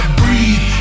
breathe